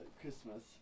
Christmas